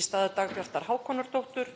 í stað Dagbjartar Hákonardóttur,